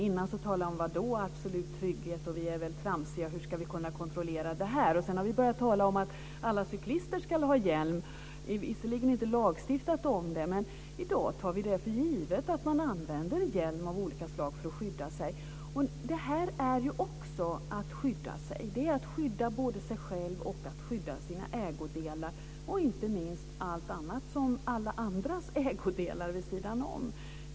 Man talade om absolut trygghet, sade att vi var tramsiga och undrade hur vi skulle kunna kontrollera det. Nu börjar vi tala om att alla cyklister ska ha hjälm. Vi har visserligen inte lagstiftat om det. Men i dag tar vi det för givet att man använder hjälm av olika slag för att skydda sig. Detta är också att skydda sig. Det är att skydda både sig själv och att skydda sina ägodelar, och inte minst alla andras ägodelar vid sidan av.